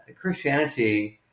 Christianity